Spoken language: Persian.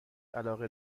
علاقه